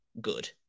good